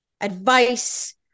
advice